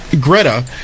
Greta